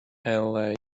ellē